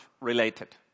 related